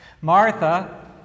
Martha